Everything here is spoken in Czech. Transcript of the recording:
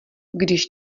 když